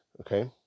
okay